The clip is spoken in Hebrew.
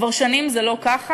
כבר שנים זה לא ככה,